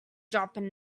dropping